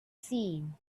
seen